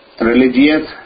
religious